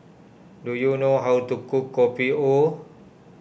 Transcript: do you know how to cook Kopi O